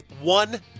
one